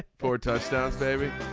for touchdowns david.